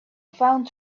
found